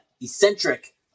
eccentric